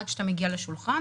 עד שאתה מגיע לשולחן,